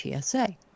TSA